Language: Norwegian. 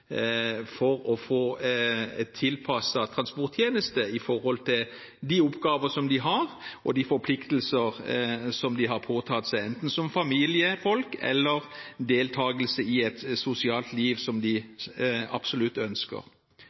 behov, å få tilpasset transporttjeneste med hensyn til de oppgaver som de har, og de forpliktelser som de har påtatt seg, enten som familiefolk eller ved deltagelse i et sosialt liv som de absolutt ønsker.